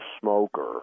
smoker